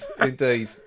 indeed